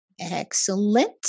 Excellent